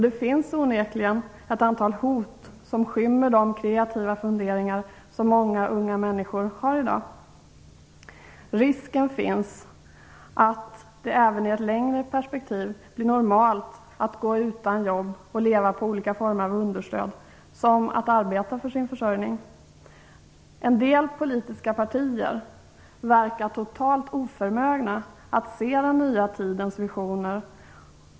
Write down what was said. Det finns onekligen ett antal hot som skymmer de kreativa funderingar som många unga människor har i dag. Risken finns att det även i ett längre perspektiv blir lika normalt att gå utan jobb och leva på olika former av understöd som att arbeta för sin försörjning. En del politiska partier verkar totalt oförmögna att se den nya tidens visioner.